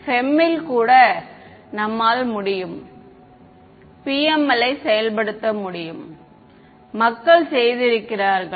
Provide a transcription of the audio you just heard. FEM ல் கூட நம்மால் முடியும் PML லை செயல்படுத்த முடியும் மக்கள் செய்திருக்கிறார்கள்